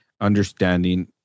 understanding